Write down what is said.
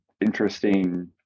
interesting